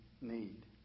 need